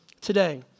today